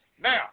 Now